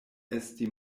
esti